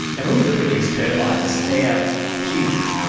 and when we look at these turbines, they are huge,